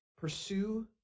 Pursue